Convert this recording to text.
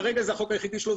כרגע זה החוק היחידי שלו,